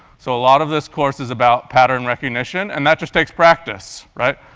so a lot of this course is about pattern recognition and that just takes practice, right?